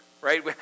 Right